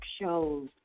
shows